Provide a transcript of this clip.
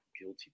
guilty